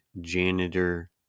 Janitor